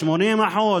80%?